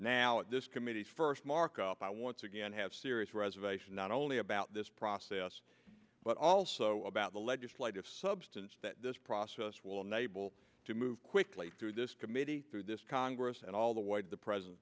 now at this committee's first markup i once again have serious reservations not only about this process but also about the legislative substance that this process will enable to move quickly through this committee through this congress and all the way to the president